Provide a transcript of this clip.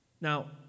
Now